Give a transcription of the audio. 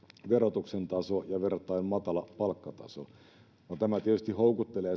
verotuksen taso ja verrattain matala palkkataso no tämä tietysti houkuttelee